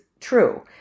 true